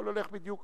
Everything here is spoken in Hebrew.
הכול הולך בדיוק